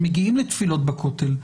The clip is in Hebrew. שמגיעים לתפילות בכותל,